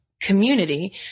community